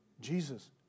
Jesus